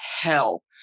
hell